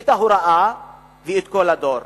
את ההוראה ואת כל הדור.